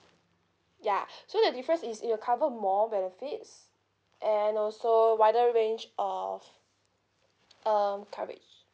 yeah so the difference is it will cover more benefits and also wider range of um coverage